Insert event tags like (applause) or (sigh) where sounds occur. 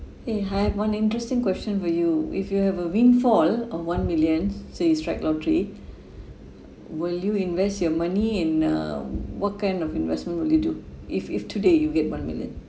eh I have one interesting question for you if you have a windfall of one millions say you strike lottery (breath) will you invest your money and uh what kind of investment will you do if if today you get one million